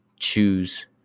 choose